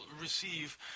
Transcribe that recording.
receive